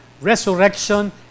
resurrection